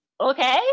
okay